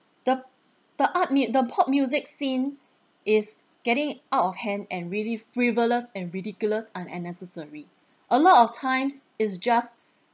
the the art meet the pop music scene is getting out of hand and really frivolous and ridiculous and unnecessary a lot of times it's just